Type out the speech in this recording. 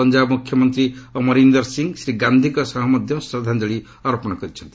ପଞ୍ଜାବ ମୁଖ୍ୟମନ୍ତ୍ରୀ ଅମରିନ୍ଦର୍ ସିଂ ଶ୍ରୀ ଗାନ୍ଧିଙ୍କ ସହ ମଧ୍ୟ ଶ୍ରଦ୍ଧାଞ୍ଚଳି ଅର୍ପଣ କରିଛନ୍ତି